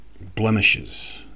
blemishes